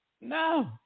No